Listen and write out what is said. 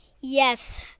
Yes